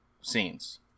scenes